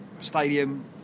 Stadium